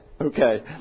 Okay